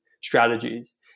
strategies